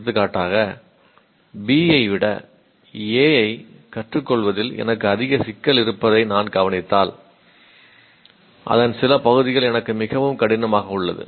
எடுத்துக்காட்டாக B ஐ விட A ஐ கற்றுக்கொள்வதில் எனக்கு அதிக சிக்கல் இருப்பதை நான் கவனித்தால் அதன் சில பகுதிகள் எனக்கு மிகவும் கடினமாக உள்ளது